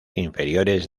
inferiores